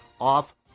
off